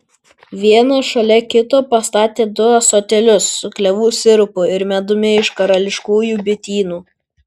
vieną šalia kito pastatė du ąsotėlius su klevų sirupu ir medumi iš karališkųjų bitynų